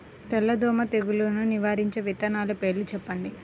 తెల్లదోమ తెగులును నివారించే విత్తనాల పేర్లు చెప్పండి?